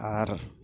ᱟᱨ